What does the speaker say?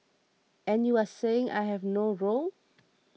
and you are saying I have no role